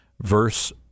Verse